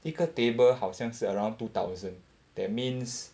一个 table 好像是 around two thousand that means